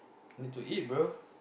need to eat bro